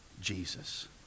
Jesus